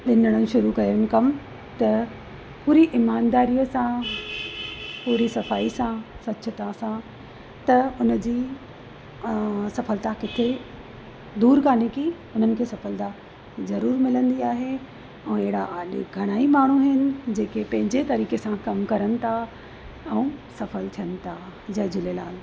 ॿिनि ॼणनि शुरू कयुनि कमु त पूरी ईंमानदारीअ सां पूरी सफ़ाई सां स्वच्छता सां त उन जी सफलता किथे दूरि कान्हे की उन्हनि खे सफलता ज़रूरु मिलंदी आहे ऐं अहिड़ा अॻे घणे ई माण्हू आहिनि जेके पंहिंजे तरीक़े सां कमु करनि था ऐं सफल थियनि था जय झूलेलाल